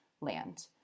land